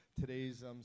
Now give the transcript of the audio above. Today's